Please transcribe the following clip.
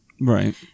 Right